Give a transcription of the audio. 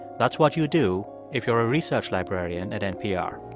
that's what you do if you're a research librarian at npr.